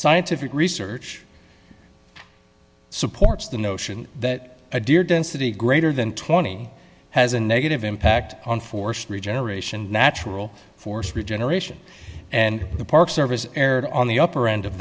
scientific research supports the notion that a deer density greater than twenty has a negative impact on forced regeneration natural force regeneration and the park service erred on the upper end of